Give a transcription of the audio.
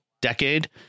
decade